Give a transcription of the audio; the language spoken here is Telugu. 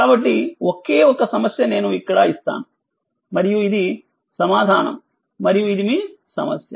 కాబట్టిఒకేఒకసమస్యనేనుఇక్కడఇస్తాను మరియు ఇది సమాధానం మరియు ఇది మీ సమస్య